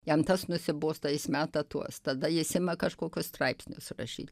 jam tas nusibosta jis meta tuos tada jis ima kažkokius straipsnius rašyt